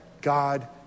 God